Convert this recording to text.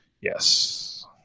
Yes